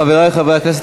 חברי חברי הכנסת,